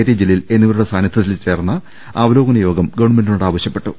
T Jaleel എന്നിവരുടെ സാന്നിധ്യത്തിൽ ചേർന്ന അവ ലോകന യോഗം ഗവൺമെന്റിനോട് ആവശ്യപ്പെട്ടു